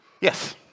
yes